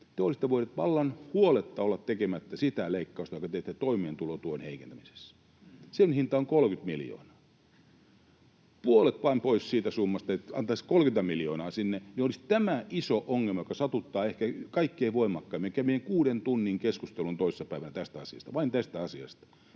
te olisitte voineet vallan huoletta olla tekemättä sitä leikkausta, jonka teitte toimeentulotuen heikentämisessä? Sen hinta on 30 miljoonaa. Puolet vain pois summasta, ja antaisi 30 miljoonaa sinne, niin olisi tämä iso ongelma poissa, joka satuttaa ehkä kaikkein voimakkaimmin. Me kävimme kuuden tunnin keskustelun toissa päivänä tästä asiasta, vain tästä asiasta.